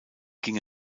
ging